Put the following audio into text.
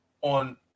on